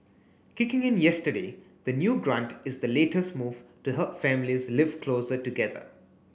kicking in yesterday the new grant is the latest move to help families live closer together